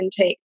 intake